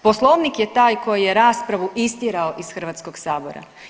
Poslovnik je taj koji je raspravu istjerao iz Hrvatskog sabora.